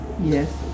Yes